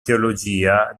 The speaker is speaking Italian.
teologia